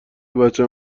بچم